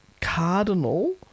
Cardinal